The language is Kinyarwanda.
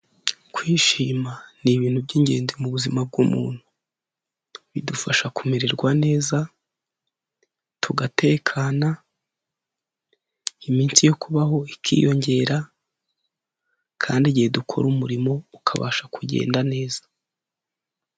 Kwishima ni ibintu by'ingenzi mu buzima bw'umuntu, bidufasha kumererwa neza, tugatekana, iminsi yo kubaho ikiyongera kandi igihe dukora umurimo ukabasha kugenda neza.